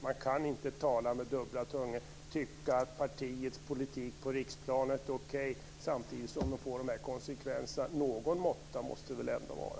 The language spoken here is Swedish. Man kan inte tala med dubbla tungor, tycka att partiets politik på riksplanet är okej samtidigt som det får de här konsekvenserna. Någon måtta måste det väl ändå vara.